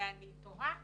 ואני תוהה